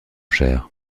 cher